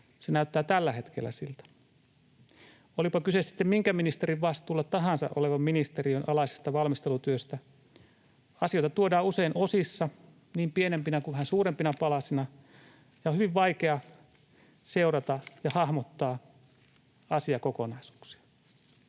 se näyttää tällä hetkellä siltä. Olipa kyse sitten minkä ministerin vastuulla tahansa olevan ministeriön alaisesta valmistelutyöstä, asioita tuodaan usein osissa, niin pienempinä kuin vähän suurempina palasina, ja on hyvin vaikea seurata ja hahmottaa asiakokonaisuuksia.